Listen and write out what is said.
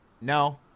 No